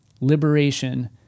Liberation